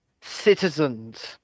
citizens